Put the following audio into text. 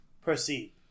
Proceed